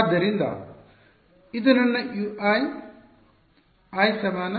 ಆದ್ದರಿಂದ ಇದು ನನ್ನ Ui i ಸಮಾನ